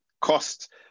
cost